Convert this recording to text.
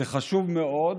זה חשוב מאוד